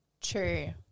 True